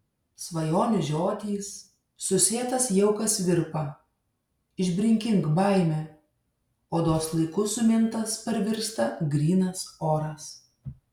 svajonių žiotys susėtas jaukas virpa išbrinkink baimę odos laiku sumintas parvirsta grynas oras